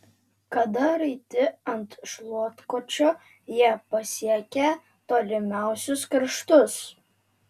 kada raiti ant šluotkočio jie pasiekią tolimiausius kraštus